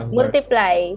multiply